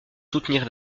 soutenir